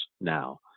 now